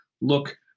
look